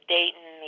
Dayton